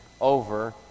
over